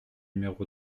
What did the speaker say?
numéro